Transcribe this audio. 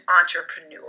entrepreneur